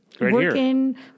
working